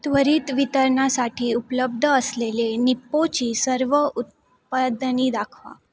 त्वरित वितरणासाठी उपलब्ध असलेले निप्पोची सर्व उत्पादने दाखवा